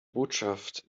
botschaft